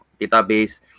database